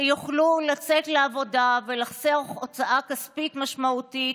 שיוכלו לצאת לעבודה ולחסוך הוצאה כספית משמעותית